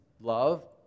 love